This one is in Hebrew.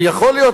ויכול להיות,